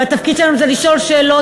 והתפקיד שלנו זה לשאול שאלות,